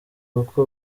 kuko